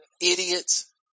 idiots